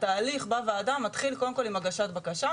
התהליך בוועדה מתחיל קודם כל עםהגשת בקשה.